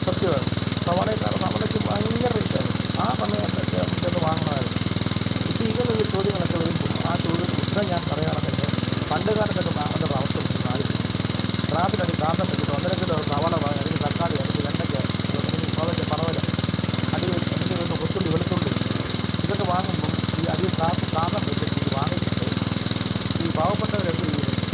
സത്യമാണ് അത് സവാളയെക്കാള് സവാളയ്ക്ക് ഭയങ്കര റേറ്റ് ആയിരുന്നു ആ സമയത്തെക്കെ ഒന്ന് ചെന്ന് വാങ്ങണമായിരുന്നു ഇപ്പം ഇങ്ങനെ ഉള്ള ചോദ്യങ്ങളൊക്കെ വരുമ്പം ആ ചോദ്യ ഉത്തരം ഞാന് പറയുവാണെങ്കിൽ തന്നെ പണ്ട് കാലത്തൊക്കെ വാങ്ങുന്നവരുടെ അവസ്ഥ ഒന്ന് നിങ്ങളൊന്ന് ആലോചിച്ച് നോക്കിക്കേ ത്രാസിന്റ അടിയിൽ കാന്തം വെച്ചിട്ട് ഒന്നരക്കിലോ സവാള വാങ്ങി അല്ലെങ്കിൽ തക്കാളി അല്ലെങ്കിൽ വെണ്ടയ്ക്ക ഇതൊന്നും അല്ലെങ്കിൽ കോവക്ക പടവലം അടിവെയ്ത്ത് അല്ലെങ്കിൽ എന്തുവ കൊച്ചുള്ളി വെളുത്തുള്ളി ഇതെക്കെ വാങ്ങുമ്പം ഈ അടിയിൽ ത്രാസ് കാന്തം വെച്ചിട്ട് ഇത് വാങ്ങിച്ചിട്ട് ഈ പാവപ്പെട്ടവരെന്ത് ചെയ്യും ഇതൊക്കെ